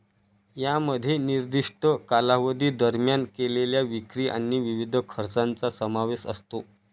यामध्ये निर्दिष्ट कालावधी दरम्यान केलेल्या विक्री आणि विविध खर्चांचा समावेश असतो